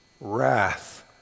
wrath